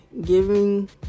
giving